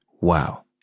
Wow